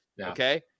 Okay